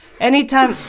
anytime